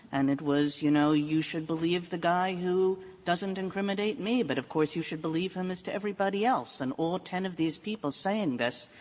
and it was, you know, you should believe the guy who doesn't incriminate me, but of course you should believe him as to everybody else. and all ten of these people saying this,